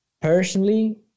personally